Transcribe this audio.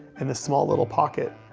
in this small little pocket.